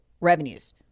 revenues